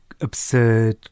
absurd